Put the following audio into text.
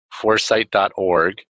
Foresight.org